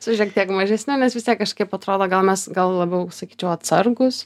su šiek tiek mažesne nes vis tiek kažkaip atrodo gal mes gal labiau sakyčiau atsargūs